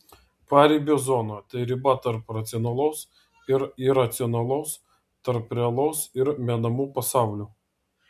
paribio zona tai riba tarp racionalaus ir iracionalaus tarp realaus ir menamų pasaulių